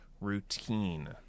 routine